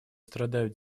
страдают